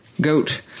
goat